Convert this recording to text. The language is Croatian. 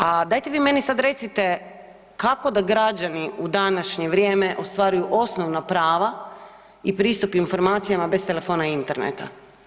A dajete vi meni sada recite kako da građani u današnje vrijeme ostvaruju osnovna prava i pristup informacijama bez telefona i interneta?